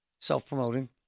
Self-promoting